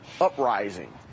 uprising